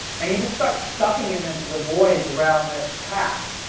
and you just start stuffing it into the voids around this pack.